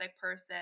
person